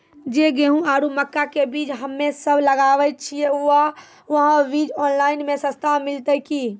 जे गेहूँ आरु मक्का के बीज हमे सब लगावे छिये वहा बीज ऑनलाइन मे सस्ता मिलते की?